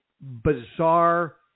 bizarre